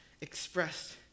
expressed